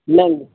ਨਹੀਂ